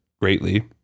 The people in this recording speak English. greatly